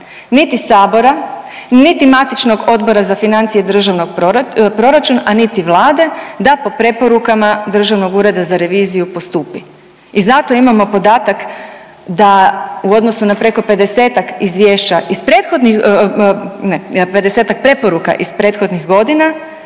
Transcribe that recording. niti Sabora, niti matičnog Odbora za financije i državni proračun, a niti Vlade da po preporukama da po preporukama Državnog ureda za reviziju postupi i zato imamo podatak da u odnosu na preko 50-ak izvješća iz prethodni, ne,